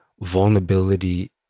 vulnerability